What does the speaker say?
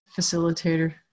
facilitator